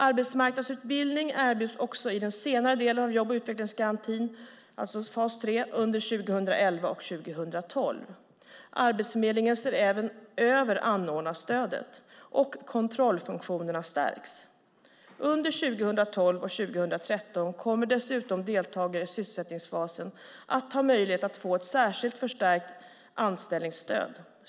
Arbetsmarknadsutbildning erbjuds också i den senare delen av jobb och utvecklingsgarantin, alltså fas 3, under 2011 och 2012. Arbetsförmedlingen ser även över anordnarstödet, och kontrollfunktionerna stärks. Under 2012 och 2013 kommer dessutom deltagare i sysselsättningsfasen att ha möjlighet att få ett förstärkt särskilt anställningsstöd.